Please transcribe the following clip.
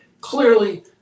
clearly